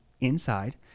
inside